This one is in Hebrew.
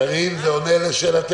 קארין, זה עונה גם לשאלתך?